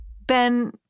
Ben